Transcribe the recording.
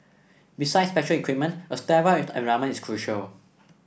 besides special equipment a sterile environment is crucial